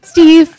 Steve